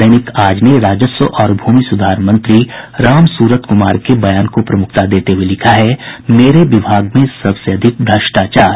दैनिक आज ने राजस्व और भूमि सुधार मंत्री राम सूरत कुमार के बयान को प्रमुखता देते हुए लिखा है मेरे विभाग में सबसे अधिक भ्रष्टाचार